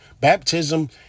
Baptism